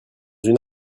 une